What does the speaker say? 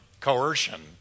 coercion